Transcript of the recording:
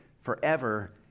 forever